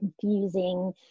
confusing